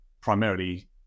primarily